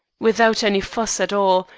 without any fuss at all,